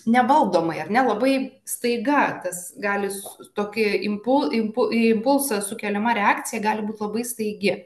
nevaldomai ar ne labai staiga tas gali s tokia impul impu impulsų sukeliama reakcija gali būti labai staigi